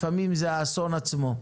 לפעמים זה האסון עצמו.